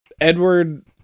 Edward